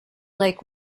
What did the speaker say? lake